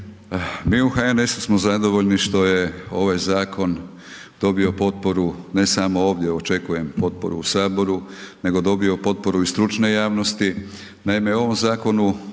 Mi u HNS-u smo zadovoljni što je ovaj zakon dobio potporu, ne samo ovdje, očekujem potporu u Saboru, nego dobio potporu i stručne javnosti. Naime u ovom zakonu